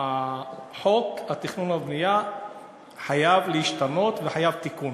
חוק התכנון והבנייה חייב להשתנות וחייב תיקון.